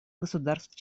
государств